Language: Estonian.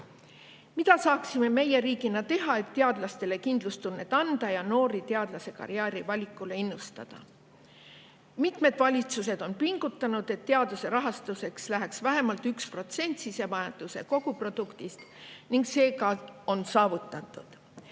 pool. Mida saaksime meie riigina teha, et teadlastele kindlustunnet anda ja noori teadlasekarjääri valikule innustada? Mitmed valitsused on pingutanud selle nimel, et teaduse rahastuseks läheks vähemalt 1% sisemajanduse koguproduktist, ning see ongi saavutatud.